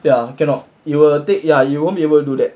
ya cannot you won't be able to do that